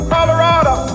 Colorado